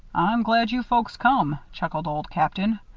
i'm glad you folks come, chuckled old captain.